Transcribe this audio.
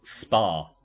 spa